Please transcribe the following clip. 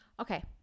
Okay